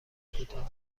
کوتاه